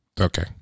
Okay